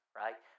right